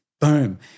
boom